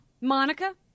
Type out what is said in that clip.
Monica